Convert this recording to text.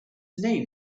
name